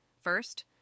First